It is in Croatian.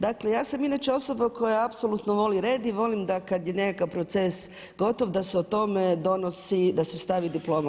Dakle ja sam inače osoba koja apsolutno voli red i volim da kad je nekakav proces gotov da se o tome donosi, da se stavi diploma.